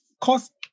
cost